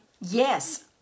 yes